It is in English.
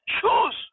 Choose